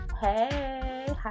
Hey